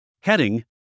Heading